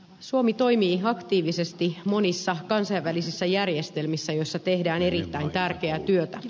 suomi toimii aktiivisesti monissa kansainvälisissä järjestelmissä joissa tehdään erittäin tärkeää työtä